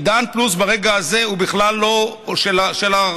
עידן פלוס ברגע הזה הוא בכלל לא של הרשות,